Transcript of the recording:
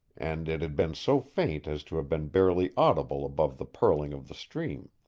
and it had been so faint as to have been barely audible above the purling of the stream.